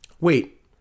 Wait